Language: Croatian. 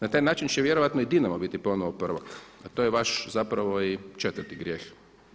Na taj način će vjerojatno i Dinamo biti ponovno prvak a to je vaš zapravo i četvrti grijeh.